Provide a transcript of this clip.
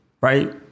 right